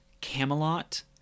Camelot